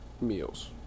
meals